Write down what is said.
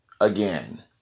again